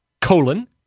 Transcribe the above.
Colon